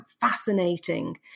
fascinating